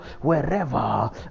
Wherever